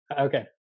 Okay